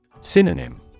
Synonym